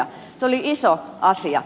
se oli iso asia